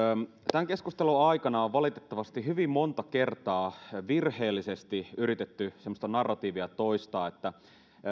tämän keskustelun aikana on valitettavasti hyvin monta kertaa virheellisesti yritetty toistaa semmoista narratiivia että